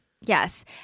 Yes